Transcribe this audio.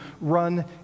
run